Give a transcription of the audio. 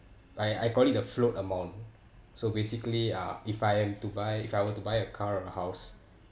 I I call it the float amount so basically uh if I am to buy if I want to buy a car or house